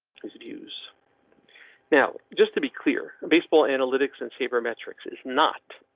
is it use now? just to be clear, baseball analytics and sabermetrics is not.